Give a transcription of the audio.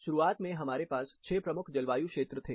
शुरुआत में हमारे पास 6 प्रमुख जलवायु क्षेत्र थे